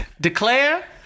declare